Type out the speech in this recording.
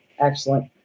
excellent